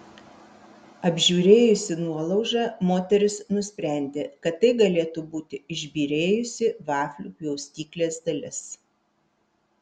apžiūrėjusi nuolaužą moteris nusprendė kad tai galėtų būti išbyrėjusi vaflių pjaustyklės dalis